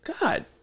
God